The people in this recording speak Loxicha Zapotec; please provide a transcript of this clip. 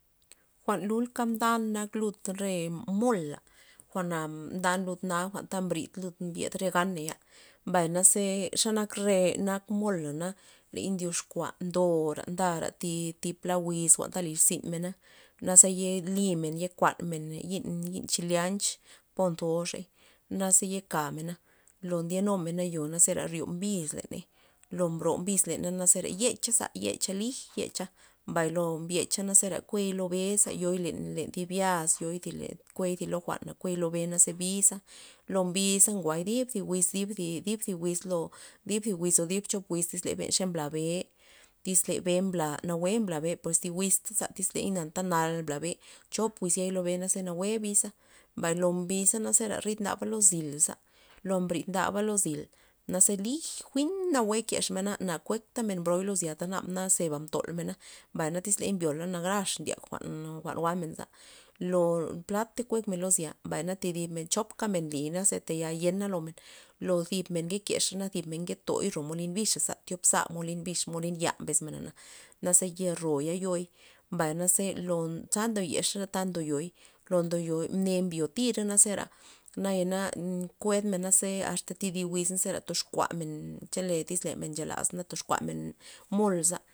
Jwa'n lulka mdan nak lud re mola' jwa'na mdan lud jwa'n ta mbrid ta mbyed lud ganey'a mbay na ze nak re nak mola'na ley ndyoxkua ndora nda ra thi- thi wiz jwa'nta lirzynmena naze ye limen ye kuan men yi'n- yi'n chileancha po ntoxey naze ye kamena lo ndye numena yo' za zera ryo mbiz leney lo bro mbiz leney naze ra yecha za lij xecha ngo mbyecha zera kuey lo be'za yoi len- len thi byas yoi zi kuey len jwa'na kuey be naze biza lo mbiza nguay dib thi wiz thib thi wiz lo o dib chop wiz xeley mbla be' tyz le be mbla nawue mbla be' pues thi wiz taza tyz ley anta nal mbla be' cho wiz yai lo be' za nawue biza mbay lo mbiza zera rid ndaba lo zylsa lo mbrid naba lo zyl naze lij jwin nakin kexmena na kuek tamen broy lo zyl tak naba zeba mtol mena mbay na tyz mbyola narax ndya jwa'n jwa'n jwa'men za lo platey kuek men lo zya mbay na thi dib men chop kamen liy naze taya yena lomen lo zib men nke kexa na thi dib men nke toy ro molin bixaza za thiobza molin bix molin ya mbes mena na naze ya ro na yoi mbay naze lo ta ndo yexa ta ndo yoi lo ndo yoi ne mbyo tira zera nayana kued men ze asta thi di wiz zera toxkuamen chele tyz men chalas na toxkuamen molza'.